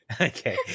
Okay